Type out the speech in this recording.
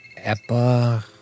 epa